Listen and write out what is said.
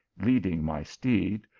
leading my steed,